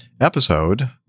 episode